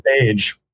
age